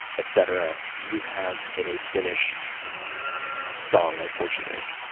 etc, do you have in a finished song, like fortune days?